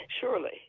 surely